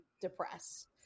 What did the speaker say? depressed